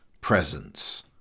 presence